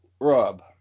Rob